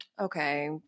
Okay